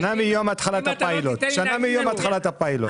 שנה מיום התחלת הפיילוט.